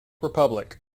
republic